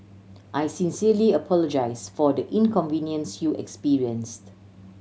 I sincerely apologise for the inconvenience you experienced